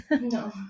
No